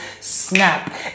snap